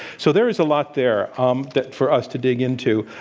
so, there is a lot there um there for us to dig into.